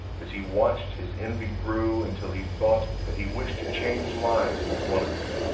as he watched his envy grew until he thought that he wished to change lives with one of them.